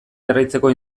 jarraitzeko